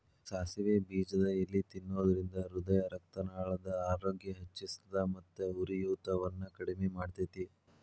ಸಾಸಿವೆ ಬೇಜದ ಎಲಿ ತಿನ್ನೋದ್ರಿಂದ ಹೃದಯರಕ್ತನಾಳದ ಆರೋಗ್ಯ ಹೆಚ್ಹಿಸ್ತದ ಮತ್ತ ಉರಿಯೂತವನ್ನು ಕಡಿಮಿ ಮಾಡ್ತೆತಿ